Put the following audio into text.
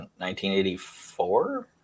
1984